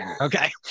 Okay